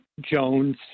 Jones